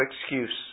excuse